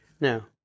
Now